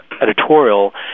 editorial